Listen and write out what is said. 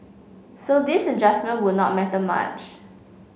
so this adjustment would not matter much